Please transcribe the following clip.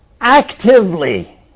actively